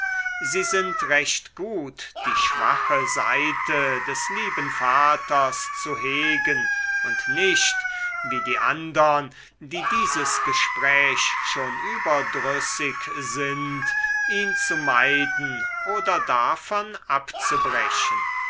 sie sind recht gut die schwache seite des lieben vaters zu hegen und nicht wie die andern die dieses gespräch schon überdrüssig sind ihn zu meiden oder davon abzubrechen